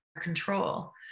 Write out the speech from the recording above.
control